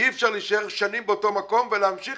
אי-אפשר להישאר שנים באותו מקום ולהמשיך